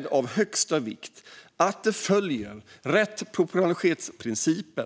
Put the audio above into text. det av högsta vikt att detta följer en proportionalitetsprincip.